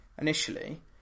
initially